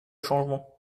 changement